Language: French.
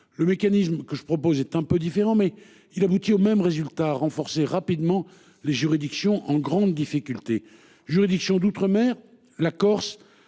Le mécanisme que je propose est un peu différent mais il aboutit au même résultat renforcer rapidement les juridictions en grande difficulté juridiction d'outre-mer la Corse